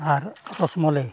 ᱟᱨ ᱨᱚᱥᱢᱟᱞᱟᱭ